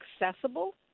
accessible